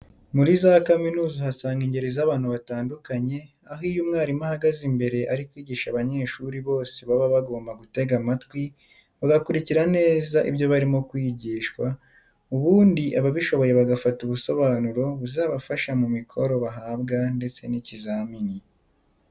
Muri za kaminuza uhasanga ingeri z'abantu batandukanye, aho iyo umwarimu ahagaze imbere ari kwigisha abanyeshuri bose baba bagomba gutega amatwi bagakurikira neza ibyo barimo kwigisha, ubundi ababishoboye bagafata ubusobanuro buzabafasha mu mikoro bahabwa ndetse n'ikizamini.